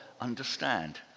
understand